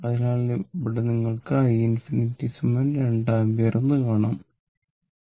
അതിനാൽ ഇവിടെ നിങ്ങൾക്ക് i ∞ 2 ampere എന്ന് കാണാം